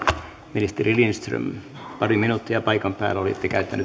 ministeri lindström pari minuuttia paikan päällä